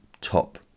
top